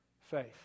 faith